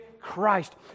Christ